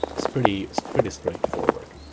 it's pretty is pretty straightforward